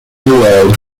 world